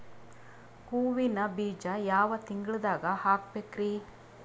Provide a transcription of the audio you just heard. ಹೂವಿನ ಬೀಜ ಯಾವ ತಿಂಗಳ್ದಾಗ್ ಹಾಕ್ಬೇಕರಿ?